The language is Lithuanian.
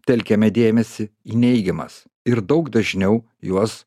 telkiame dėmesį į neigiamas ir daug dažniau juos